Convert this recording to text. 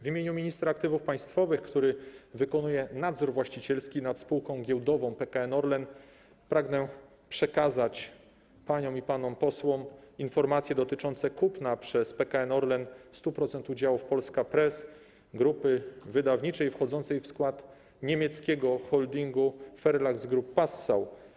W imieniu ministra aktywów państwowych, który wykonuje nadzór właścicielski nad spółką giełdową PKN Orlen, pragnę przekazać paniom i panom posłom informacje dotyczące kupna przez PKN Orlen 100% udziałów Polska Press, grupy wydawniczej wchodzącej w skład niemieckiego holdingu Verlagsgruppe Passau.